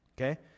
okay